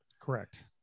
correct